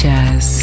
Jazz